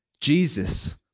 Jesus